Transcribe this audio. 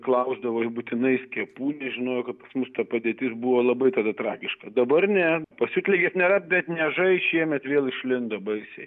klausdavo ir būtinai skiepų žinojo kad pas mus ta padėtis buvo labai tada tragiška dabar ne pasiutligė nėra bet niežai šiemet vėl išlindo baisiai